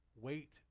wait